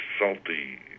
salty